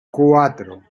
cuatro